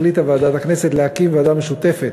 החליטה ועדת הכנסת להקים ועדה משותפת